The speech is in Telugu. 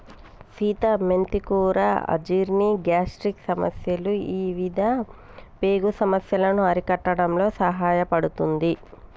సీత మెంతి కూర అజీర్తి, గ్యాస్ట్రిక్ సమస్యలు ఇవిధ పేగు సమస్యలను అరికట్టడంలో సహాయపడుతుంది